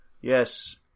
Yes